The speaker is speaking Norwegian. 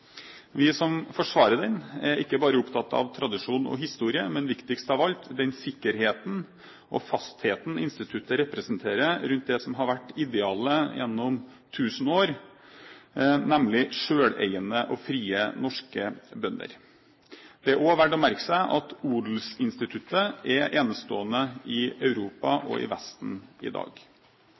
Vi som forsvarer odels- og åsetesretten, er ikke bare opptatt av tradisjon og historie, men – viktigst av alt – også av den sikkerheten og fastheten instituttet representerer rundt det som har vært idealet gjennom 1 000 år, nemlig sjøleiende og frie norske bønder. Det er også verdt å merke seg at odelsinstituttet er enestående i Europa og i Vesten i dag.